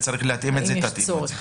ואם צריך להתאים את זה תתאימו את זה.